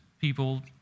people